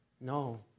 No